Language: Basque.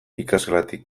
ikasgelatik